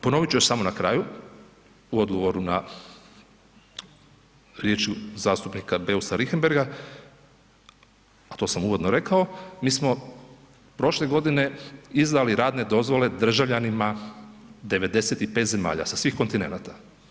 Ponovit ću još samo na kraju u odgovoru na riječi zastupnika Beusa Richembergha, a to sam uvodno rekao, mi smo prošle godine izdali radne dozvole državljanima 95 zemalja, sa svih kontinenata.